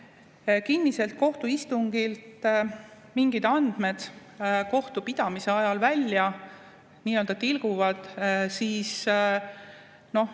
kinniselt kohtuistungilt mingid andmed kohtupidamise ajal nii-öelda välja tilguvad, siis eks